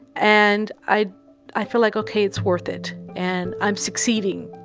and i'd i'd feel like okay it's worth it. and i'm succeeding,